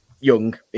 young